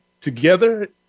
together